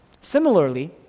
Similarly